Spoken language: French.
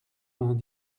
vingt